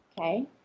okay